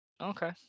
Okay